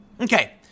Okay